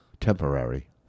temporary